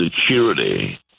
security